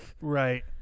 Right